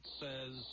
says